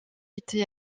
été